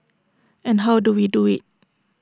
and how do we do IT